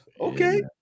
Okay